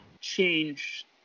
change